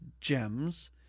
gems